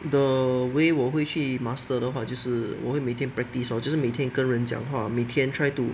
the way 我会去 master 的话就是我会每天 practice lor 就是每天跟人讲话每天 try to